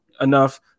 enough